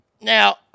now